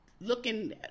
looking